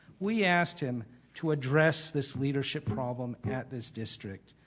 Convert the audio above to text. we asked him to address this leadership problem at this district.